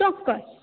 ચોક્કસ